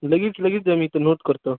लगेच लगेच हां मी ते नोट करतो